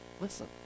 listen